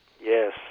Yes